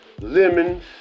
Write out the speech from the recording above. Lemons